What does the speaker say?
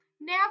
now